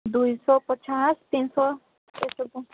ଦୁଇଶହ ପଚାଶ ତିନିଶହ ଏସବୁ